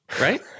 right